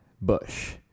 Bush